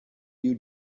you